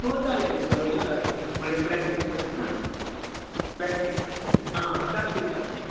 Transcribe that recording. हो चालेल गुलाबाची चालतील म्हणजे प्लॅस्टिकमधली ना प्लॅस्टिक हां हां चालतील चालतील